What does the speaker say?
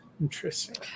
interesting